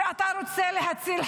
שאתה רוצה להציל חיים.